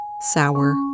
sour